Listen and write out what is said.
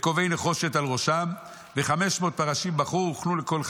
"וקובעי נחושת על ראשיהם ו-500 פרשים בחור הוכנו לכל חיה".